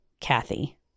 Kathy